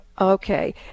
Okay